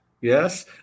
Yes